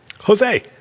Jose